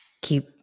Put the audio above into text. keep